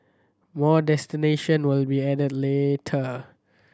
more destination will be added later